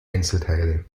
einzelteile